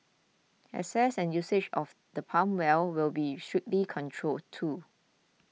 access and usage of the pump well will be strictly controlled too